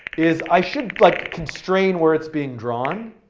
is i should like constrain where it's being drawn.